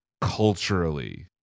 culturally